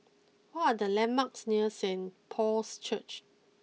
what are the landmarks near Saint Paul's Church